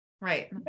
right